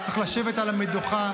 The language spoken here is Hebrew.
צריך לשבת על המדוכה.